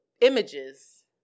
images